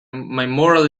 moral